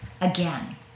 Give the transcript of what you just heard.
again